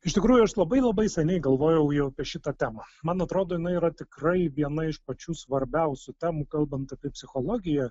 iš tikrųjų aš labai labai seniai galvojau jau apie šitą temą man atrodo jinai yra tikrai viena iš pačių svarbiausių temų kalbant apie psichologiją